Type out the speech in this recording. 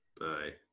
Aye